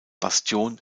bastion